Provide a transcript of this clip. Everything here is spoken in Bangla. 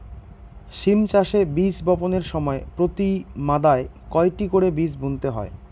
সিম চাষে বীজ বপনের সময় প্রতি মাদায় কয়টি করে বীজ বুনতে হয়?